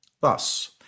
Thus